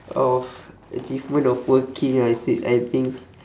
of achievement of working I said I think